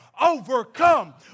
overcome